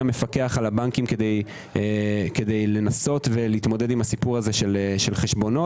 המפקח על הבנקים כדי לנסות להתמודד עם הסיפור הזה של חשבונות.